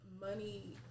money